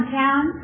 town